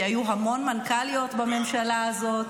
כי היו המון מנכ"ליות בממשלה הזאת.